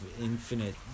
infinite